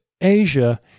Asia